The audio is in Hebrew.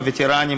הווטרנים,